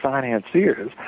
financiers